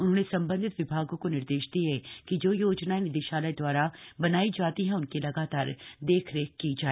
उन्होंने सम्बन्धित विभागों को निर्देश दिये कि जो योजनाएं निदेशालय द्वारा बनायी जाती हैं उनकी लगातार देख रेख की जाए